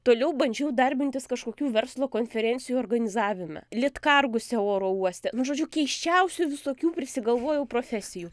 toliau bandžiau darbintis kažkokių verslo konferencijų organizavime litkarguse oro uoste nu žodžiu keisčiausių visokių prisigalvojau profesijų